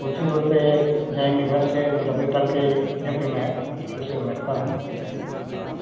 उसी रोड पे एक जाएँगे इधर से तो लंगड़ी टाल के लेफ्ट में है उसी में बैठता हूँ मैं हाँ